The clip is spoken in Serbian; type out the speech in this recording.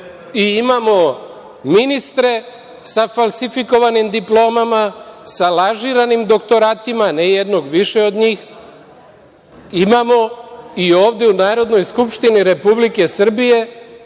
i imamo ministre sa falsifikovanim diplomama, sa lažiranim doktoratima, ne jednog, više njih, imamo i ovde u Narodnoj skupštini Republike Srbije